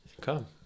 come